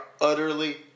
utterly